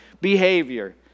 behavior